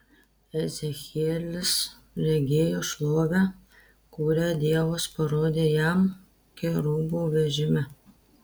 ezechielis regėjo šlovę kurią dievas parodė jam kerubų vežime